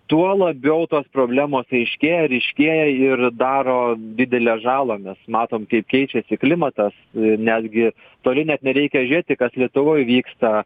tuo labiau tos problemos aiškėja ryškėja ir daro didelę žalą mes matom kaip keičiasi klimatas netgi toli net nereikia žiūrėti kas lietuvoj vyksta